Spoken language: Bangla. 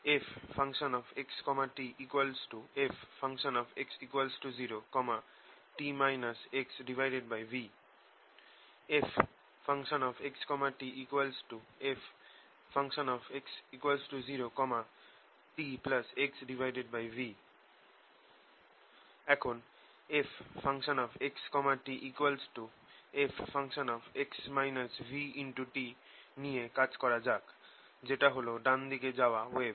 fxtfx0 t xv fxtfx0 txv এখন fxtf নিয়ে কাজ করা যাক যেটা হল ডান দিকে যাওয়া ওয়েভ